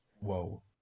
Whoa